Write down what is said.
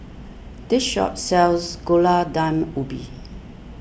this shop sells Gulai Daun Ubi